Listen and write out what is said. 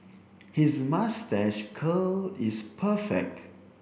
his moustache curl is perfect